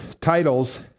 titles